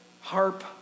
harp